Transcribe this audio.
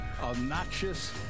obnoxious